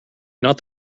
not